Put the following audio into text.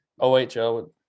OHL